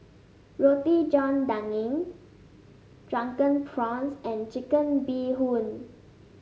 Roti John Daging Drunken Prawns and Chicken Bee Hoon